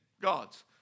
gods